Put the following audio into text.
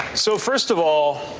so first of all,